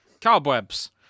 Cobwebs